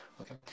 okay